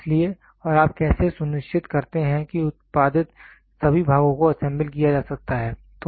इसलिए और आप कैसे सुनिश्चित करते हैं कि उत्पादित सभी भागों को असेंबल किया जा सकता है